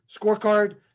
scorecard